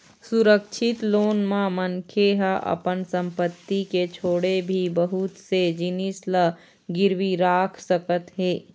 सुरक्छित लोन म मनखे ह अपन संपत्ति के छोड़े भी बहुत से जिनिस ल गिरवी राख सकत हे